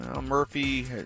Murphy